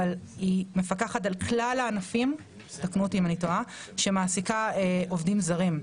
אבל היא מפקחת על כלל --- שמעסיקה עובדים זרים,